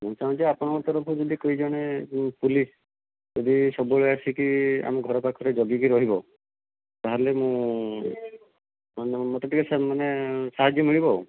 ମୁଁ ଚାହୁଁଛି ଆପଣଙ୍କ ତରଫରୁ ଯଦି କେହି ଜଣେ ପୋଲିସ ଯଦି ସବୁ ବେଳେ ଆସିକି ଆମ ଘର ପାଖକୁ ଜଗିକି ରହିବ ତା ହେଲେ ମୁଁ ମୋତେ ଟିକେ ମାନେ ସାହାଯ୍ୟ ମିଳିବ